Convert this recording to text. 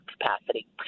capacity